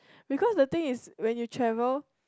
because the thing is when you travel